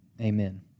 Amen